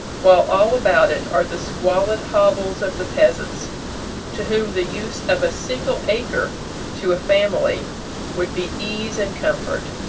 while all about it are the squalid hovels of the peasants to whom the use of a single acre to a family would be ease and comfort,